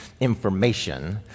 information